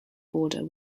border